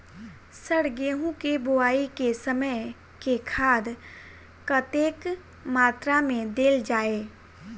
Sir गेंहूँ केँ बोवाई केँ समय केँ खाद कतेक मात्रा मे देल जाएँ?